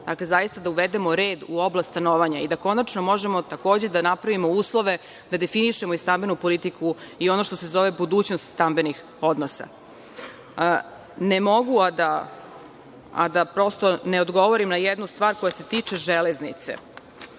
možemo zaista da uvedemo red u oblast stanovanja i da konačno možemo da napravimo uslove da definišemo i stambenu politiku i ono što se zove budućnost stambenih odnosa. Ne mogu a da ne odgovorim na jednu stvar koja se tiče železnice.